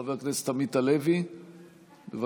חבר הכנסת עמית הלוי, בבקשה.